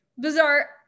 Bizarre